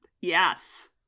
Yes